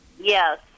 Yes